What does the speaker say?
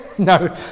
No